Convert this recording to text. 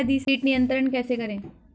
कीट नियंत्रण कैसे करें?